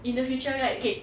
in the future right okay